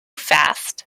fast